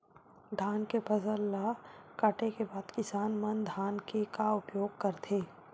धान के फसल ला काटे के बाद किसान मन धान के का उपयोग करथे?